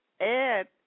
Ed